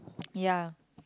ya